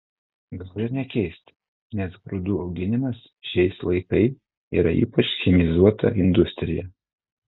gal ir nekeista nes grūdų auginimas šiais laikai yra ypač chemizuota industrija